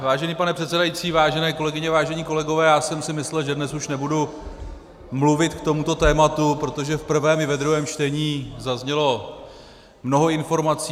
Vážený pane předsedající, vážené kolegyně, vážení kolegové, já jsem si myslel, že dnes už nebudu mluvit k tomuto tématu, protože v prvém i druhém čtení zaznělo mnoho informací.